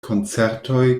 koncertoj